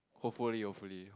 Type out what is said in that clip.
hopefully hopefully